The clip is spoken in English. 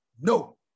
no